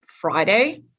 Friday